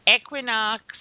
Equinox